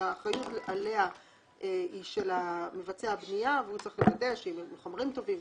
שהאחריות עליה היא של מבצע הבנייה והוא צריך לוודא שהיא מחומרים טובים,